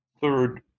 third